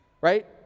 Right